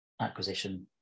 acquisition